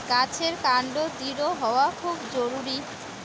গাছের কান্ড দৃঢ় হওয়া খুব জরুরি